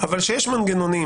שיש מנגנונים